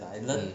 mm